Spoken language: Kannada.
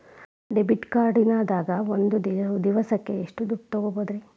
ಡೆಬಿಟ್ ಕಾರ್ಡ್ ದಾಗ ಒಂದ್ ದಿವಸಕ್ಕ ಎಷ್ಟು ದುಡ್ಡ ತೆಗಿಬಹುದ್ರಿ?